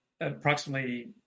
approximately